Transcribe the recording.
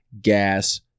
gas